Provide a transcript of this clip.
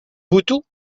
botoù